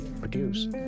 produce